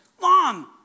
Mom